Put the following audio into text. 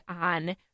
on